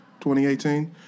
2018